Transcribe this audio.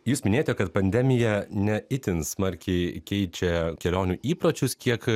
jūs minėjote kad pandemija ne itin smarkiai keičia kelionių įpročius kiek